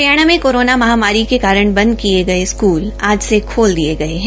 Haryana corona महामारी के कारण बंद किये गये स्कूल आज से खेल दिये गये है